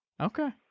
Okay